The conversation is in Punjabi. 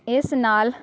ਇਸ ਨਾਲ